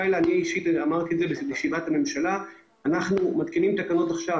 אישית אמרתי בישיבת הממשלה שאומנם אנחנו מתקינים תקנות עכשיו